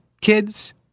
kids